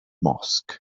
mosque